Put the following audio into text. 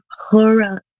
horror